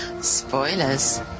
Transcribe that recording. spoilers